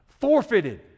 forfeited